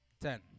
Ten